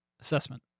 assessment